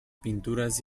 pinturas